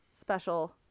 special